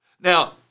Now